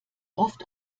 oft